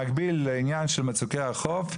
במקביל לעניין של מצוקי החוף,